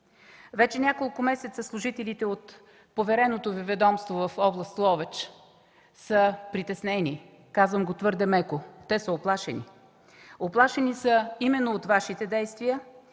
Вече няколко месеца служители от повереното Ви ведомство в област Ловеч са притеснени. Казвам го твърде меко. Те са уплашени. Уплашени са именно от Вашите действия,